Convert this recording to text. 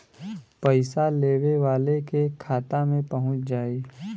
पइसा लेवे वाले के खाता मे पहुँच जाई